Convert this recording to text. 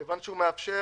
כיוון שהוא מאפשר